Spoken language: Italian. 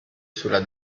sulla